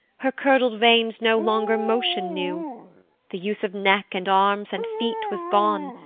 her curdled veins no longer motion knew the use of neck, and arms, and feet was gone,